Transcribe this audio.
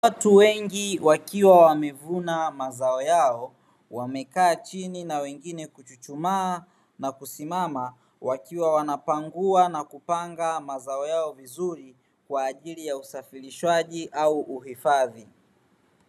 Watu wengi wakiwa wamevuna mazao yao wamekaa chini na wengine kuchuchumaa na kusimama, wakiwa wanapangua na kupanga mazao yao kwaajili ya usafirishwaji au uhifadhi.